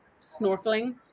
snorkeling